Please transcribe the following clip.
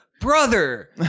brother